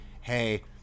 hey